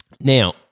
Now